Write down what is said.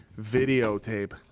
videotape